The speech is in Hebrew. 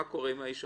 מה קורה עם האיש?